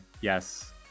yes